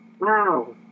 Wow